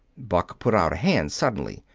buck put out a hand suddenly.